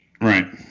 Right